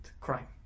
crime